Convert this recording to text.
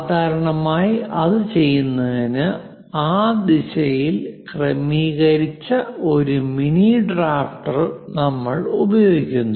സാധാരണയായി അത് ചെയ്യുന്നതിന് ആ ദിശയിൽ ക്രമീകരിച്ച ഒരു മിനി ഡ്രാഫ്റ്റർ നമ്മൾ ഉപയോഗിക്കുന്നു